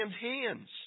hands